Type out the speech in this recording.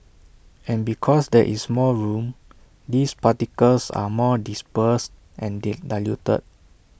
and because there is more room these particles are more dispersed and diluted